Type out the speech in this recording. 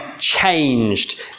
changed